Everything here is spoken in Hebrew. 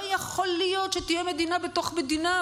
יכול להיות שתהיה מדינה בתוך מדינה,